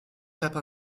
cape